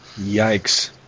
Yikes